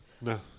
No